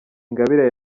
ingabire